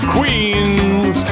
Queens